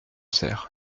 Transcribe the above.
cère